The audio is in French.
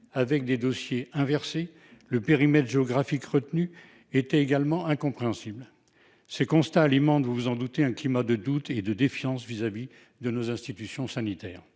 Des dossiers ont été inversés. Le périmètre géographique retenu était également incompréhensible. Ces constats alimentent un climat de doute et de défiance vis-à-vis des institutions sanitaires.